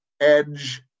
Edge